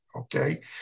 Okay